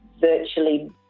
virtually